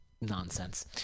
nonsense